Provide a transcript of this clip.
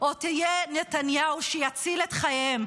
או תהיה נתניהו שיציל את חייהם?